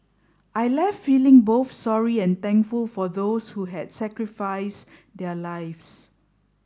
I left feeling both sorry and thankful for those who had sacrificed their lives